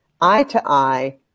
eye-to-eye